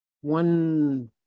one